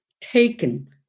taken